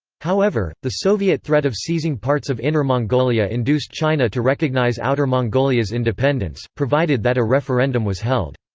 however, the soviet threat of seizing parts of inner mongolia induced china to recognize outer mongolia's independence, provided that a referendum was held.